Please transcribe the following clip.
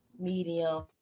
medium